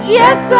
yes